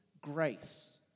grace